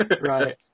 Right